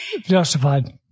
justified